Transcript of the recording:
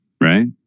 right